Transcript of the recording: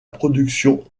production